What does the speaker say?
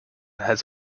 has